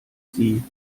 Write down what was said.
sie